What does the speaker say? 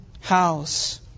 house